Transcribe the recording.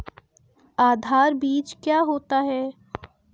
आधार बीज क्या होता है?